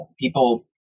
people